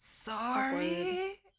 sorry